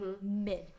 mid